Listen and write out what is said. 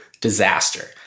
disaster